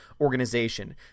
organization